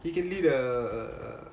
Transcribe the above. he can lead uh